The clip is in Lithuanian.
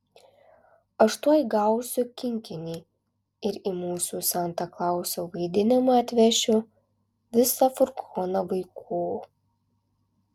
aš tuoj gausiu kinkinį ir į mūsų santa klauso vaidinimą atvešiu visą furgoną vaikų